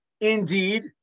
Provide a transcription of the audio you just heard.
Indeed